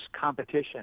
competition